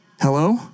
Hello